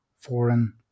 foreign